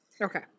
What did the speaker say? Okay